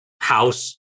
house